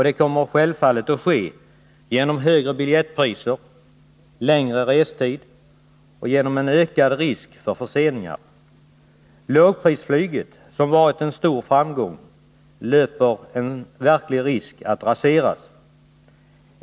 Det kommer de självfallet att få göra genom högre biljettpriser, längre restid och ökad risk för förseningar. Lågprisflyget, som har varit en stor framgång, löper risk att raseras.